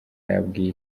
yabwiye